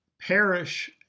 perish